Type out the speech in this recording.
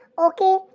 Okay